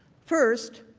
first,